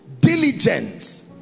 diligence